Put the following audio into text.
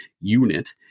unit